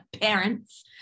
parents